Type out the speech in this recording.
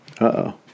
Uh-oh